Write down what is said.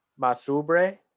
Masubre